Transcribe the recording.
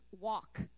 walk